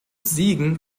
siegen